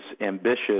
ambitious